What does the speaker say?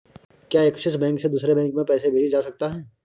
क्या Axis bank से दूसरे बैंक में पैसे भेजे जा सकता हैं?